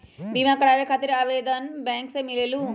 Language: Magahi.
बिमा कराबे खातीर आवेदन बैंक से मिलेलु?